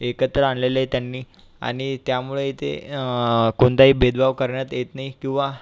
एकत्र आणलेले त्यांनी आणि त्यामुळे इथे कोणताही भेदभाव करण्यात येत नाही किंवा